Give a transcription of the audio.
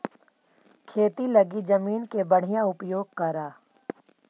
खेती लगी जमीन के बढ़ियां उपयोग करऽ